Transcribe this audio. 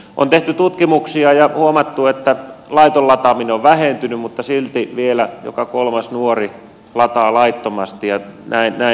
on tehty tutkimuksia ja huomattu että laiton lataaminen on vähentynyt mutta silti vielä joka kolmas nuori lataa laittomasti ja näin tapahtuu